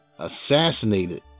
assassinated